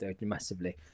massively